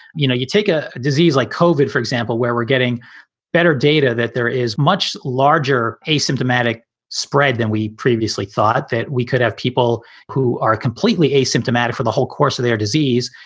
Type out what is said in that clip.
you know, you take a disease like cauvin, for example, where we're getting better data that there is much larger asymptomatic spread than we previously thought, that we could have people who are completely asymptomatic for the whole course of their disease.